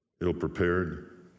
Ill-prepared